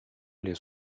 les